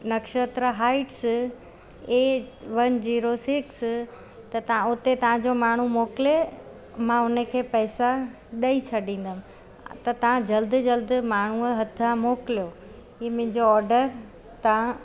Nakshatra heights A one zero six त तव्हां उते तव्हांजो माण्हू मोकिले मां उनखे पैसा ॾेई छॾींदमि त तां जल्द जल्द माण्हूअ हथां मोकिलियो हीउ मुंहिंजो ऑडर तव्हां